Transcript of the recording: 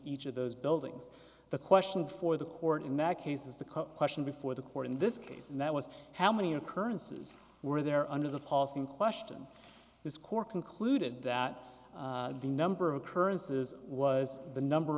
each of those buildings the question for the court in that case is the question before the court in this case and that was how many occurrences were there under the policy in question this court concluded that the number of occurrences was the number